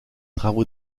travaux